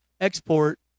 export